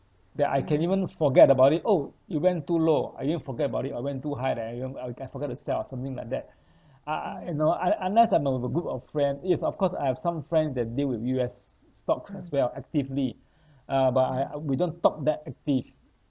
that I can even forget about it oh it went too low I even forget about it or went too high that I even I get~ I forget to sell something like that uh uh you know I unless I'm I'm w~ with a group of friend yes of course I have some friends that deal with U_S stocks as well actively uh but I I we don't talk that active